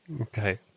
Okay